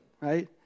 right